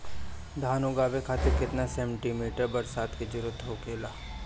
धान उगावे खातिर केतना सेंटीमीटर बरसात के जरूरत होखेला?